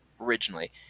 originally